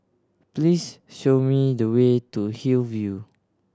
please show me the way to Hillview